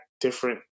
different